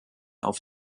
auf